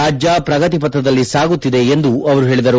ರಾಜ್ಲ ಪ್ರಗತಿ ಪಥದಲ್ಲಿ ಸಾಗುತ್ತಿದೆ ಎಂದು ಅವರು ಹೇಳಿದರು